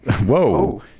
Whoa